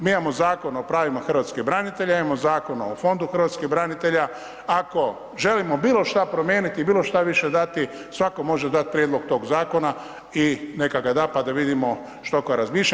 Mi imamo Zakon o pravima hrvatskih branitelja, imamo Zakon o fondu hrvatskih branitelja, ako želimo bilo šta promijeniti i bilo šta više dati svatko može dati prijedlog tog zakona i neka ga da pa da vidimo što tko razmišlja.